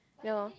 ya loh